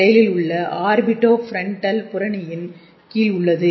செயலில் உள்ள ஆர்பிட் டோ பிரண்டன்புரணியின் கீழ் உள்ளது